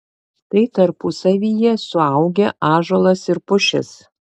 tai tarpusavyje suaugę ąžuolas ir pušis